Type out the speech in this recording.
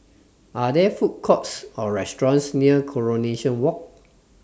Are There Food Courts Or restaurants near Coronation Walk